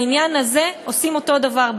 בעניין הזה עושים אותו דבר,